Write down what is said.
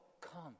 come